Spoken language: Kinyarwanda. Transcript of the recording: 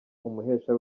umuhesha